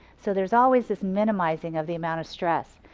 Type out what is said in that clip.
so there's always this minimizing of the amount of stress.